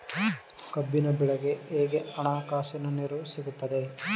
ಕಬ್ಬಿನ ಬೆಳೆಗೆ ಹೇಗೆ ಹಣಕಾಸಿನ ನೆರವು ಸಿಗುತ್ತದೆ?